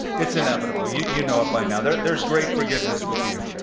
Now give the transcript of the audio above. it's inevitable. you you know it by now. there's there's great forgiveness with you.